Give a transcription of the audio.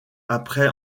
après